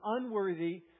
unworthy